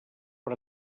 per